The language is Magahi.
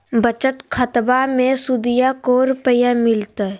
बचत खाताबा मे सुदीया को रूपया मिलते?